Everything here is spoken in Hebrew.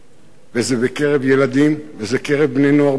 וזה בקרב ילדים וזה בקרב בני-נוער בסיכון,